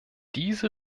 diese